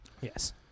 Yes